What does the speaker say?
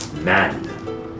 man